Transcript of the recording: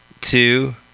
two